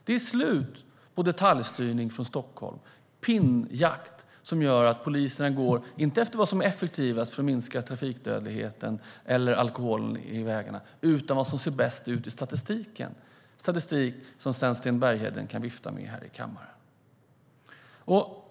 Det är slut på detaljstyrning från Stockholm och pinnjakt som gör att poliserna inte går efter vad som är effektivast för att minska trafikdödligheten eller alkoholen på vägarna utan efter vad som ser bäst ut i statistiken - statistik som Sten Bergheden sedan kan vifta med här i kammaren.